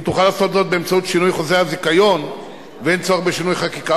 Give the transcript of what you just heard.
היא תוכל לעשות זאת באמצעות שינוי חוזה הזיכיון ואין צורך בשינוי חקיקה,